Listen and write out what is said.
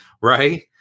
right